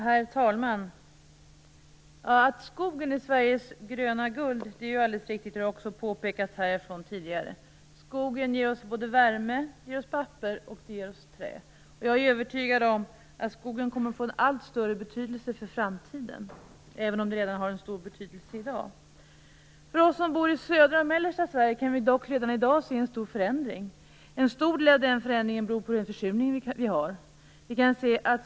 Herr talman! Det är alldeles riktigt att skogen är Sveriges gröna guld. Det har också påpekats här tidigare. Skogen ger oss värme, papper och trä. Jag är övertygad om att skogen kommer att få en allt större betydelse i framtiden, även om den redan har en stor betydelse i dag. Vi som bor i södra och mellersta Sverige kan dock redan i dag se en stor förändring. En stor del av den förändringen beror på den försurning vi har.